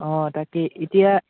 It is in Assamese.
অঁ তাকে এতিয়া